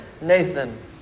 Nathan